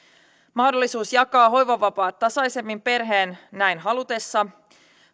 mahdollisuus jakaa hoivavapaat tasaisemmin perheen näin halutessa